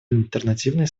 альтернативные